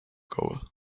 goal